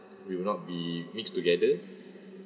it'll not be mixed together